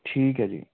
ਠੀਕ ਹੈ ਜੀ